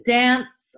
dance